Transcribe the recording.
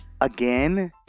again